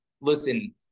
listen